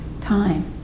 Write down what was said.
time